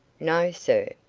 no, sir.